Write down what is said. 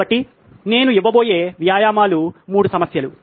కాబట్టి నేను ఇవ్వబోయే అభ్యాసములు 3 సమస్యలు